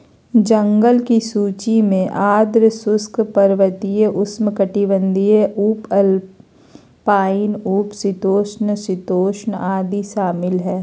जंगल की सूची में आर्द्र शुष्क, पर्वतीय, उप उष्णकटिबंधीय, उपअल्पाइन, उप शीतोष्ण, शीतोष्ण आदि शामिल हइ